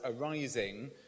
arising